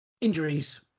Injuries